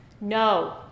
No